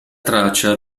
traccia